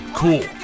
cool